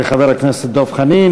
תודה לחבר הכנסת דב חנין.